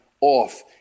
off